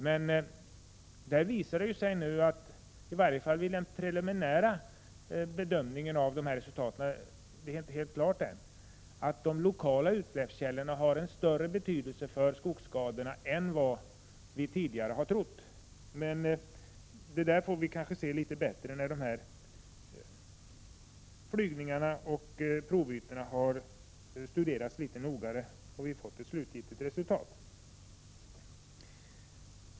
Det har visat sig, i varje fall vid en preliminär bedömning av resultaten som ännu inte är riktigt klara, att de lokala utsläppskällorna har en större betydelse för skogsskadorna än vad vi tidigare har trott. Detta kan bedömas bättre när flygningarna slutförts och provytorna har studerats mera noggrant och vi har ett slutgiltigt resultat.